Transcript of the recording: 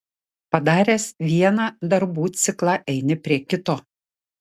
padaręs vieną darbų ciklą eini prie kito